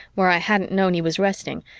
where i hadn't known he was resting,